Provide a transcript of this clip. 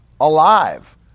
alive